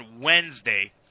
Wednesday